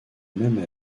même